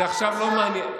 זה עכשיו לא מעניין,